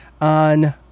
on